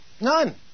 None